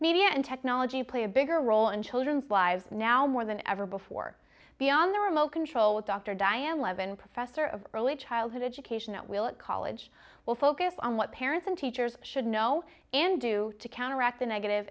media and technology play a bigger role in children's lives now more than ever before beyond the remote control with dr diane levon professor of early childhood education at willet college will focus on what parents and teachers should know and do to counteract the negative